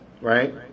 right